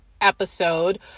episode